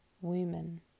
women